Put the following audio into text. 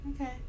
Okay